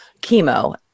chemo